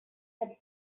had